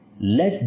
let